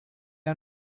are